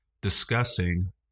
discussing